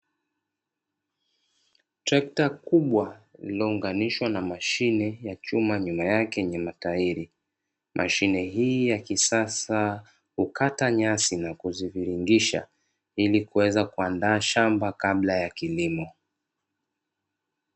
Trekta kubwa lililounganishwa na mashine ya chuma nyuma yake ya matairi, mashine hii ya kisasa hukata nyasi na kuziviringisha, ili kuweza kuandaa shamba kabla ya kilimo.